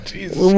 Jesus